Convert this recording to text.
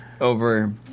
over